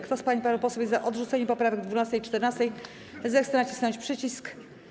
Kto z pań i panów posłów jest za odrzuceniem poprawek 12. i 14., zechce nacisnąć przycisk.